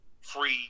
free